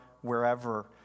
wherever